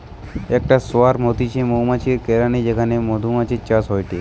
একটা সোয়ার্ম হতিছে মৌমাছির কলোনি যেখানে মধুমাছির চাষ হয়টে